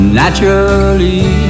naturally